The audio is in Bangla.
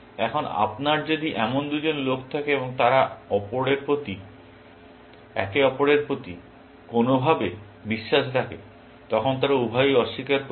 এখন আপনার যদি এমন দুজন লোক থাকে এবং তারা একে অপরের প্রতি কোনও ভাবে বিশ্বাস রাখে তখন তারা উভয়েই অস্বীকার করবে